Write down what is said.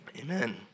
Amen